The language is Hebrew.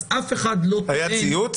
אז אף אחד לא טוען --- היה ציוץ.